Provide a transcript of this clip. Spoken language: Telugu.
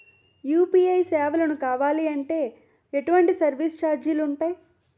యు.పి.ఐ సేవలను కావాలి అంటే ఎటువంటి సర్విస్ ఛార్జీలు ఉంటాయి?